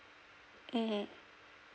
mm